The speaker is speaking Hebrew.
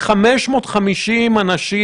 בכמות מסוימת של חולים?